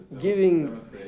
Giving